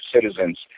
citizens